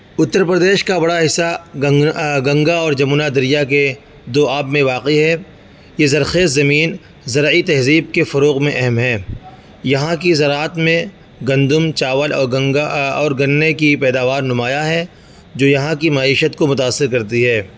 اتر پردیش کا بڑا حصہ گنگا اور جمنا دریا کے دوآب میں واقع ہے یہ زرخیز زمین زرعی تہذیب کے فروغ میں اہم ہیں یہاں کی زراعت میں گندم چاول اور گنگا اور گنے کی پیداوار نمایاں ہے جو یہاں کی معیشت کو متأثر کرتی ہے